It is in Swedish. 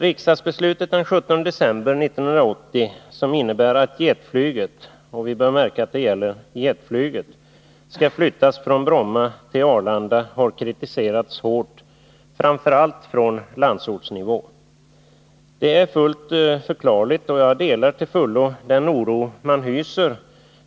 Riksdagsbeslutet den 17 december 1980, som innebär att jetflyget — vi bör märka att det gäller jetflyget — skall flyttas från Bromma till Arlanda, har kritiserats hårt framför allt från landsortshåll. Det är fullt förklarligt, och jag delar till fullo den oro man hyser